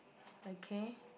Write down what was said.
okay